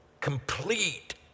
complete